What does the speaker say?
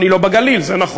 היא לא בגליל, זה נכון.